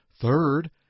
Third